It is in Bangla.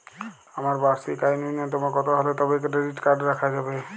আমার বার্ষিক আয় ন্যুনতম কত হলে তবেই ক্রেডিট কার্ড রাখা যাবে?